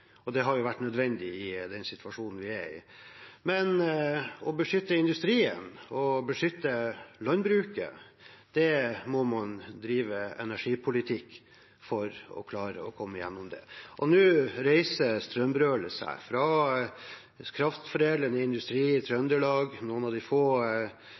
Det har vært nødvendig i den situasjonen vi er i. Men for å beskytte industrien og landbruket må noen drive energipolitikk for at man skal klare å komme gjennom det. Nå reiser strømbrølet seg – fra kraftforedlende industri i Trøndelag, fra noen av de få